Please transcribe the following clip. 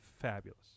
fabulous